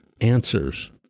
answers